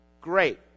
Great